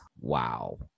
wow